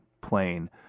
plane